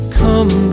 come